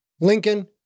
Lincoln